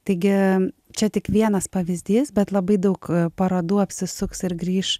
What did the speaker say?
taigi čia tik vienas pavyzdys bet labai daug parodų apsisuks ir grįš